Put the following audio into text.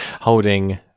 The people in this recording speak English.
holding